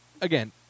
again